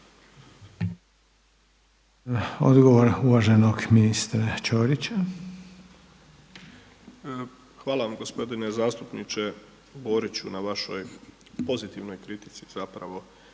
**Ćorić, Tomislav (HDZ)** Hvala vam gospodine zastupniče Boriću na vašoj pozitivnoj kritici zapravo.